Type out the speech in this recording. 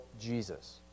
Jesus